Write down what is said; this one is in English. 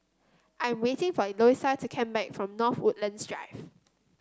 I am waiting for Eloisa to come back from North Woodlands Drive